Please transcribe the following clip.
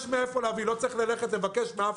יש מאיפה להביא לא צריך לבקש מאף